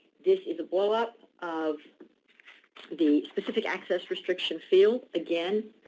this is a blow up of the specific access restriction field. again,